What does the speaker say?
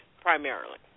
primarily